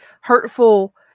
hurtful